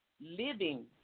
living